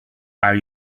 are